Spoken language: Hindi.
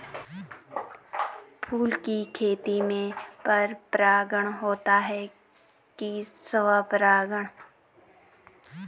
फूलों की खेती में पर परागण होता है कि स्वपरागण?